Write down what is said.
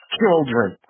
children